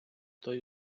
той